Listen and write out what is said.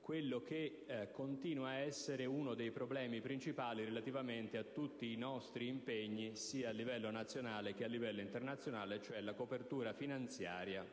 quello che continua a essere uno dei problemi principali relativamente a tutti i nostri impegni, sia a livello nazionale che internazionale, e cioè la copertura finanziaria